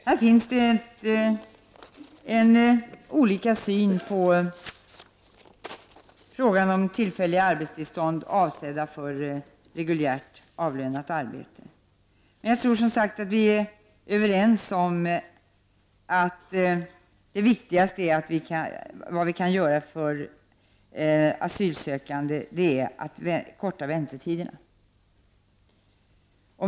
Här finns det en olika syn på frågan om tillfälliga arbetstillstånd avsedda för reguljärt avlönat arbete. Men jag tror att vi är överens om att det viktigaste vi kan göra för asylsökande är att korta väntetiderna.